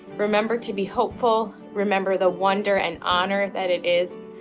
remember to be hopeful. remember the wonder and honor that it is,